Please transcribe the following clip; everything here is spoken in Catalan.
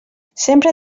sempre